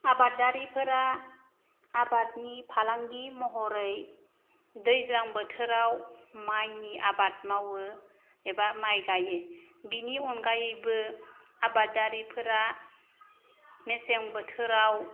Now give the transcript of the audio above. आबादारिफोरा आबादनि फालांगि महरै दैज्लां बोथोराव माइनि आबाद मावो एबा माइ गायो बिनि अनगायैबो आबादारिफोरा मेसें बोथोराव